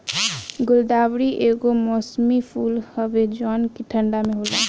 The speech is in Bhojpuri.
गुलदाउदी एगो मौसमी फूल हवे जवन की ठंडा में होला